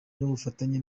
y’ubufatanye